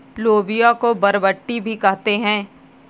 लोबिया को बरबट्टी भी कहते हैं